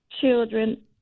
children